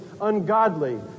ungodly